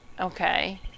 okay